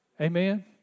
Amen